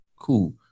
Cool